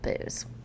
booze